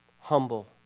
humble